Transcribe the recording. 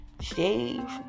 Shave